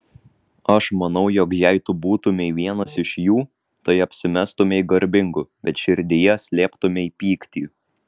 aš manau jog jei tu būtumei vienas iš jų tai apsimestumei garbingu bet širdyje slėptumei pyktį